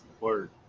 Word